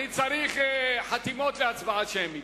אני צריך חתימות להצבעה שמית.